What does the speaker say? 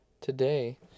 Today